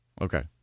okay